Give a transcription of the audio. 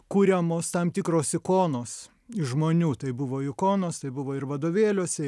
kuriamos tam tikros ikonos žmonių tai buvo ikonos tai buvo ir vadovėliuose